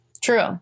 True